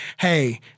hey—